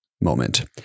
moment